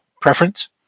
preference